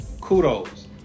kudos